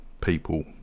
people